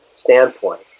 standpoint